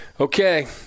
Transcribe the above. okay